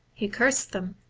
he cursed them.